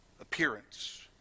appearance